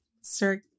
Sir